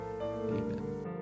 Amen